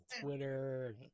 Twitter